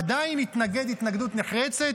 הוא עדיין התנגד התנגדות נחרצת,